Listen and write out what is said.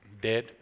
dead